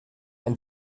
and